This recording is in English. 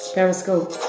Periscope